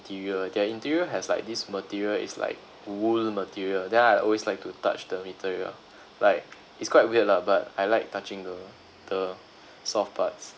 interior their interior has like this material it's like wool material then I always like to touch the material like it's quite weird lah but I like touching the the soft parts